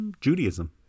Judaism